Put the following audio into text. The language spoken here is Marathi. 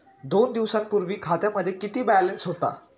दोन दिवसांपूर्वी खात्यामध्ये किती बॅलन्स होता?